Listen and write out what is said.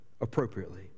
appropriately